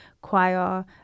choir